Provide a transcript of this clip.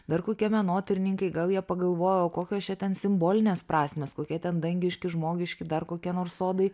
dar kokie menotyrininkai gal jie pagalvoja o kokios čia ten simbolinės prasmės kokie ten dangiški žmogiški dar kokie nors sodai